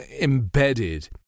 embedded